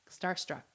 Starstruck